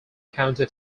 county